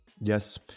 Yes